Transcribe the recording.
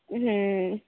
हूँ